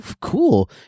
cool